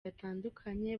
batandukanye